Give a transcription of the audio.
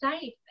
safe